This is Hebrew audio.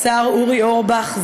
השר אורי אורבך,